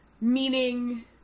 meaning